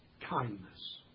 kindness